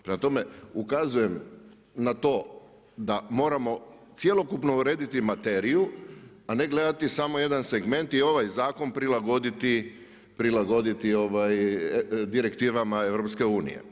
Prema tome, ukazujem na to da moramo cjelokupno urediti materiju, a ne gledati samo jedan segment i ovaj zakon prilagoditi direktivama EU.